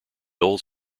old